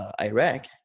Iraq